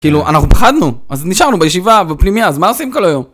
כאילו אנחנו פחדנו, אז נשארנו בישיבה ובפנימיה, אז מה עושים כל היום?